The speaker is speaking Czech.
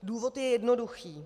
Důvod je jednoduchý.